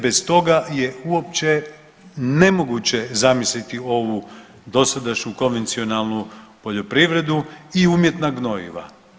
Bez toga je uopće nemoguće zamisliti ovu dosadašnju konvencionalnu poljoprivredu i umjetna gnojiva.